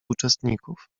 uczestników